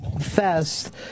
Fest